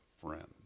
friend